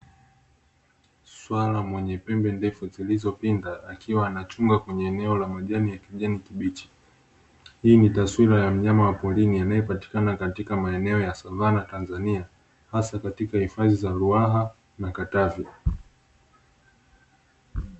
Swala mwenye pembe ndefu zilizopinda akiwa anachunga kwenye eneo lenye majani ya kijani kibichi. Hii ni taswira ya mnyama wa porini anayepatikana katika maeneo ya Savana Tanzania, hasa katika hifadhi za ruaha na katavi.